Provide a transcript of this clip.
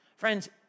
Friends